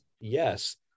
Yes